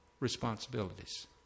responsibilities